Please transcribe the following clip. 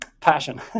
Passion